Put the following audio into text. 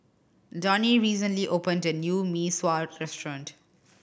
Donie recently opened a new Mee Sua restaurant